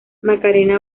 macarena